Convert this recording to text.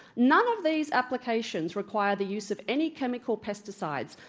none of these applications require the use of any chemical pesticides,